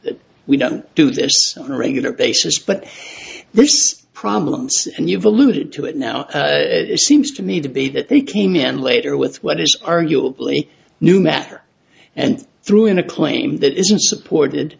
that we don't do this on a regular basis but this problem and you've alluded to it now seems to me to be that they came in later with what is arguably new matter and threw in a claim that isn't supported